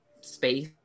space